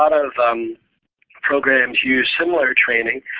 of um programs use similar training.